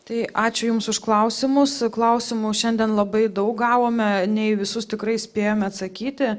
tai ačiū jums už klausimus klausimų šiandien labai daug gavome ne į visus tikrai spėjome atsakyti